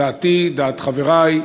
דעתי, דעת חברי,